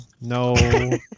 no